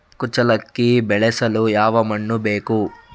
ಕುಚ್ಚಲಕ್ಕಿ ಬೆಳೆಸಲು ಯಾವ ಮಣ್ಣು ಬೇಕು?